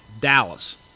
Dallas